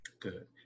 Good